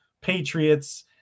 Patriots